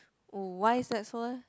oh why is that so leh